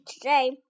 today